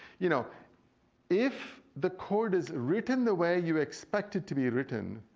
you know if the code is written the way you expect it to be written,